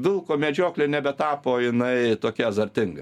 vilko medžioklė nebetapo jinai tokia azartinga